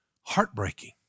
heartbreaking